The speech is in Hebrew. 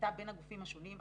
שהייתה בין הגופים השונים,